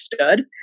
understood